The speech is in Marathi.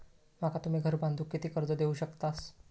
माका तुम्ही घर बांधूक किती कर्ज देवू शकतास?